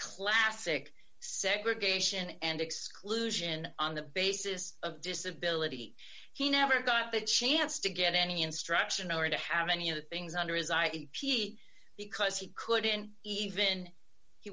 classic segregation and exclusion on the basis of disability he never got the chance to get any instruction or to have any of the things under his eye he because he couldn't even he